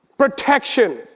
protection